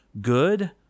good